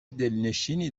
دلنشینی